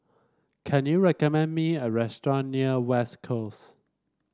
can you recommend me a restaurant near West Coast